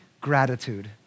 gratitude